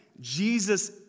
Jesus